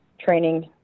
training